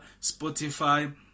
Spotify